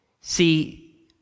See